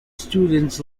students